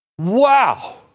Wow